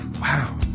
Wow